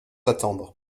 attendre